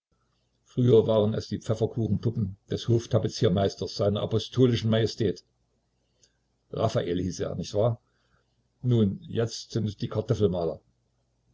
früher waren es die pfefferkuchenpuppen des hoftapeziermeisters seiner apostolischen majestät raffael hieß er nicht wahr nun jetzt sind es die kartoffelmaler